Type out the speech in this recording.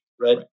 Right